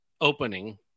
opening